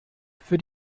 für